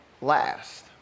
last